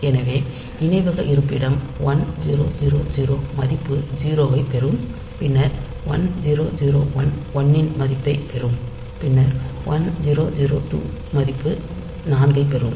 எனவே நினைவக இருப்பிடம் 1000 மதிப்பு 0 ஐப் பெறும் பின்னர் 1001 1 இன் மதிப்பைப் பெறும் பின்னர் 1002 மதிப்பு 4 ஐப் பெறும்